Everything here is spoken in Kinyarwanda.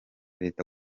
leta